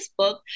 Facebook